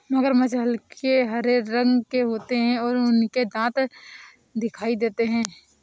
मगरमच्छ हल्के हरे रंग के होते हैं और उनके दांत दिखाई देते हैं